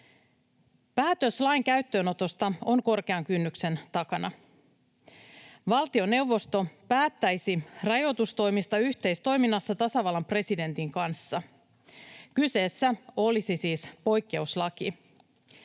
Päätös lain käyttöönotosta on korkean kynnyksen takana. Valtioneuvosto päättäisi rajoitustoimista yhteistoiminnassa tasavallan presidentin kanssa. Kyseessä olisi siis poikkeuslaki.